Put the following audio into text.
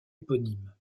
éponyme